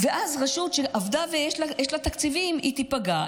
רשות שעבדה ויש לה יש לה תקציבים, תיפגע.